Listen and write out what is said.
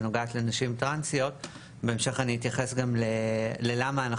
פעילות שנוגעת לנשים טראנסיות ובהמשך אני אתייחס גם ללמה אנחנו